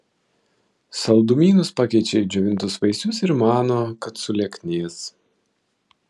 saldumynus pakeičia į džiovintus vaisius ir mano kad sulieknės